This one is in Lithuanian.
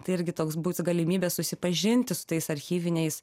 tai irgi toks būtų galimybė susipažinti su tais archyviniais